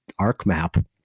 ArcMap